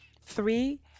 Three